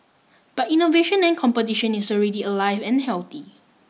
but innovation and competition is already alive and healthy